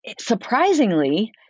surprisingly